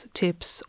tips